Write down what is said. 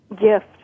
gift